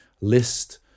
list